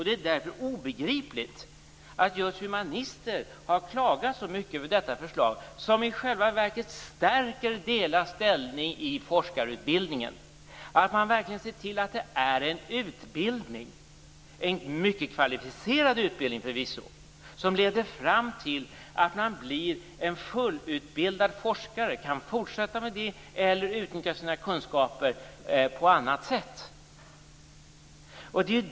Det är därför obegripligt att just humanister har klagat så mycket över detta förslag, som i själva verket stärker deras ställning i forskarutbildningen. Man ser ju verkligen till att det är en mycket kvalificerad utbildning, som leder fram till att man blir en fullutbildad forskare. Man kan fortsätta eller utnyttja sina kunskaper på annat sätt.